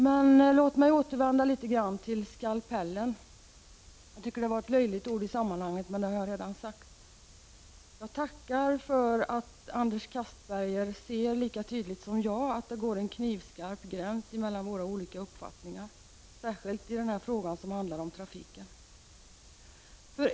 Men låt mig återvända litet till skalpellen. Jag tycker det var ett löjligt ord i sammanhanget, men det har jag redan sagt. Jag tackar för att Anders Castberger ser lika tydligt som jag att det går en knivskarp gräns mellan våra olika uppfattningar, särskilt i fråga om trafiken.